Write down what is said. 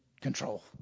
control